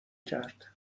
کرد